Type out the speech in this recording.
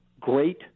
great